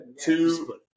two